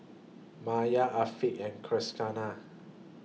Maya Afiqah and Qaisara